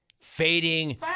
fading